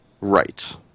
right